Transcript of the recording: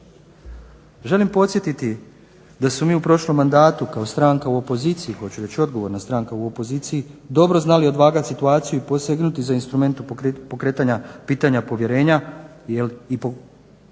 Želim podsjetiti da smo mi u prošlom mandatu kao stranka u opoziciji, hoću reći odgovorna stranka u opoziciji, dobro znali odvagat situaciju i posegnuti za instrumentom pokretanja pitanja povjerenja jer